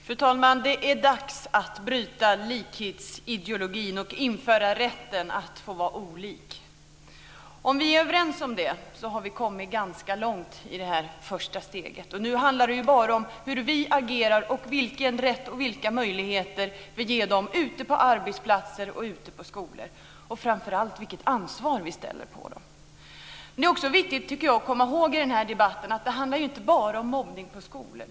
Fru talman! Det är dags att bryta likhetsideologin och införa rätten att få vara olik. Om vi är överens om det har vi kommit ganska långt i det första steget. Nu handlar det bara om hur vi agerar och vilken rätt och vilka möjligheter vi ger dem ute på arbetsplatser och skolor, och framför allt vilket ansvar vi lägger på dem. Jag tycker också att det är viktigt att komma ihåg i den här debatten att det inte bara handlar om mobbning på skolor.